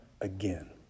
again